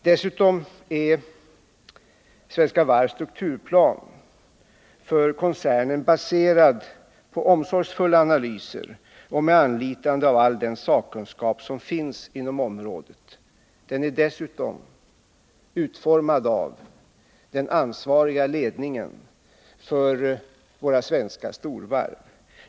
Dessutom är Svenska Varvs strukturplan för koncernen baserad på omsorgsfulla analyser och utarbetad med anlitande av all den sakkunskap som finns inom området. Därtill kommer att den är utformad av den ansvariga ledningen för våra svenska storvarv.